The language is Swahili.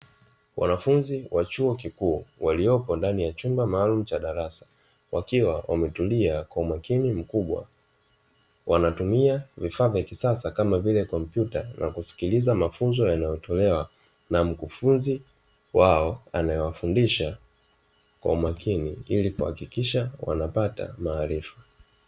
Wanafunzi wa chuo kikuu waliopo ndani ya chumba maalumu cha darasa wakiwa wametulia kwa umakini mkubwa. Wanatumia vifaa vya kisasa kama vile kompyuta na kuskiliza mafunzo yanayotolewa na mkufunzi wao anayefundisha kwa umakini ili kuhakikisha wanapata maarifa.